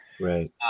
right